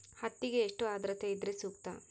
ಹತ್ತಿಗೆ ಎಷ್ಟು ಆದ್ರತೆ ಇದ್ರೆ ಸೂಕ್ತ?